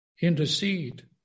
intercede